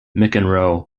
mcenroe